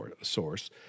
source